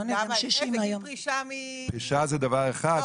זה גיל פרישה מ --- פרישה זה דבר אחד,